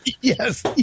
Yes